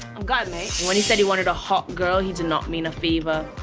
i'm gutted, mate. when he said he wanted a hot girl he did not mean a fever.